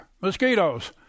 Mosquitoes